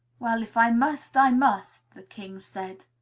well, if i must, i must, the king said.